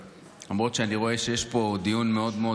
למרות שאני רואה שיש פה דיון מאוד מאוד